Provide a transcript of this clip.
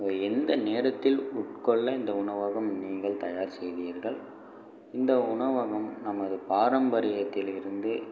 அதை எந்த நேரத்தில் உட்கொள்ள இந்த உணவகம் நீங்கள் தயார் செய்வீர்கள் இந்த உணவகம் நமது பாரம்பரியத்திலிருந்து